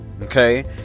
Okay